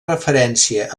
referència